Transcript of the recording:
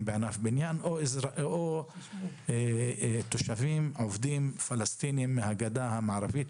בענף הבניין או עובדים פלסטינים מן הגדה המערבית,